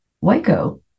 Waco